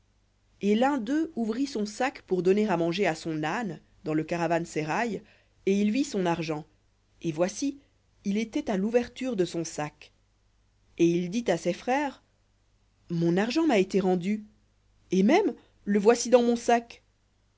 et l'un ouvrit son sac pour donner à manger à son âne dans le caravansérail et il vit son argent et voici il était à l'ouverture de son sac et il dit à ses frères mon argent m'a été rendu et même le voici dans mon sac